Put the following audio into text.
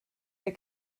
der